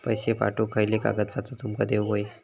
पैशे पाठवुक खयली कागदपत्रा तुमका देऊक व्हयी?